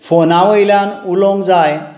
फोना वयल्यान उलोवंक जाय